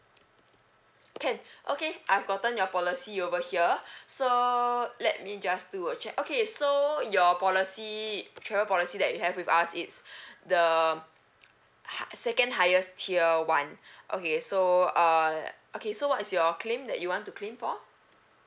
can okay I've gotten your policy over here so let me just do a check okay so your policy travel policy that you have with us it's the hi~ second highest tier one okay so uh okay so what's your claim that you want to claim for